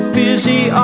busy